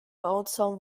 bauzaun